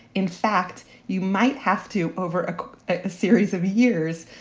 in fact, you might have to over a ah series of years,